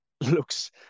looks